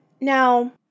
Now